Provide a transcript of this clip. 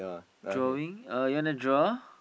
drawing uh you want to draw